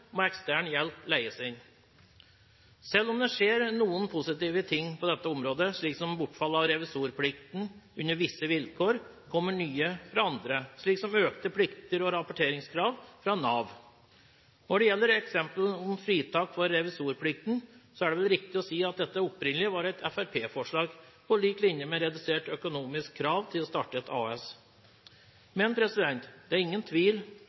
må ekstern hjelp leies inn. Selv om det skjer noen positive ting på dette området, slik som bortfall av revisorplikten under visse vilkår, kommer det nye fra andre, slik som økte plikter og rapporteringskrav fra Nav. Når det gjelder eksempel om fritak for revisorplikten, er det vel riktig å si at dette opprinnelig var et fremskrittspartiforslag, på lik linje med redusert økonomisk krav til å starte et A/S. Men det er ingen tvil